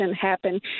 happen